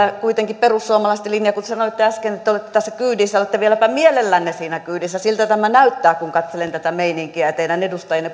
kuitenkin hämmentää perussuomalaisten linja kun te sanoitte äsken että olette tässä kyydissä olette vieläpä mielellänne siinä kyydissä siltä tämä näyttää kun katselen tätä meininkiä ja teidän edustajienne